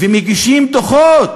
ומגישים דוחות